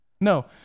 No